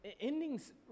endings